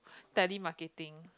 telemarketing